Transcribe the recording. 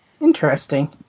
Interesting